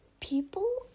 people